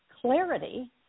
clarity